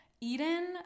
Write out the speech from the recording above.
Eden